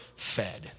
fed